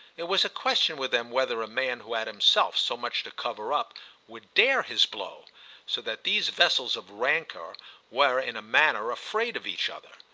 it was a question with them whether a man who had himself so much to cover up would dare his blow so that these vessels of rancour were in a manner afraid of each other.